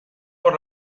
por